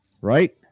Right